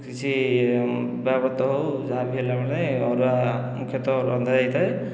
କିଛି ବିବାହ ବ୍ରତ ହେଉ ଯାହାବି ହେଲାବେଳେ ଅରୁଆ ମୁଖ୍ୟତଃ ଅରୁଆ ରନ୍ଧା ଯାଇଥାଏ